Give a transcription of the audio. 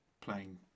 playing